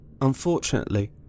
Unfortunately